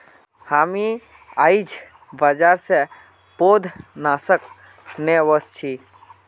हामी आईझ बाजार स पौधनाशक ने व स छि